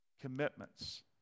commitments